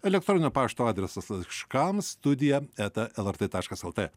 elektroninio pašto adresas laiškams studija eta lrt taškas lt